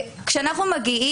כשאנחנו בוחנים